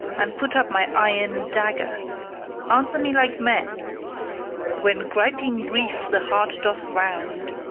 and put up my iron dagger answer me like men when griping grief the heart doth wound,